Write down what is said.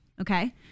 Okay